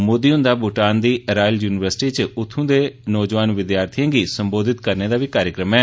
मोदी हन्दा भूटान दी royal university च उत्थू दे नौजवान विदयार्थियें गी सम्बोधित करने दा बी कार्यक्रम ऐ